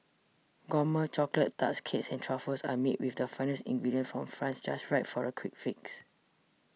gourmet chocolate tarts cakes and truffles are made with the finest ingredients from France just right for a quick fix